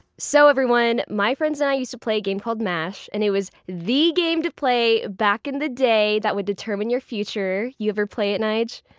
so everyone, my friends and i used to play a game called mash and it was the game to play back in the day that would determine your future. you ever play it, nyge?